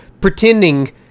pretending